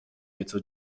nieco